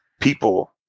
people